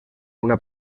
una